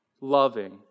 loving